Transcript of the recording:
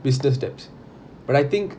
business debts but I think